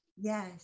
yes